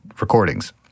recordings